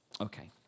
Okay